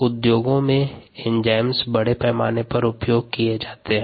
उद्योगों में एंजाइम्स बड़े पैमाने पर उपयोग किए जाते हैं